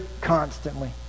constantly